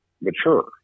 mature